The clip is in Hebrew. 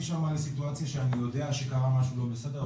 שם לסיטואציה שאני יודע שקרה משהו לא בחדר,